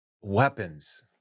weapons